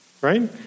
right